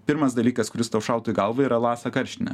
pirmas dalykas kuris tau šautų į galvą yra lasa karštinė